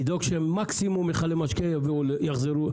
ידאג שמקסימום מכלי משקה יחזרו למחזור.